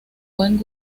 buen